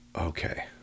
okay